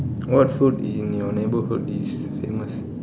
what food in your neighbourhood is famous